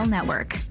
Network